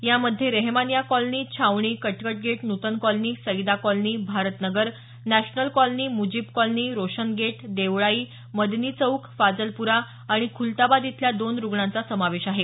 यामध्ये Rahemania colony Chhavani Katkat gate Nutan colony Saida colony Bharat Nagar national colony Mujeeb colony Roshan gate Deolai Madani Chowk Fazalpura आणि खुलताबाद इथल्या दोन रुग्णांचा समावेश आहे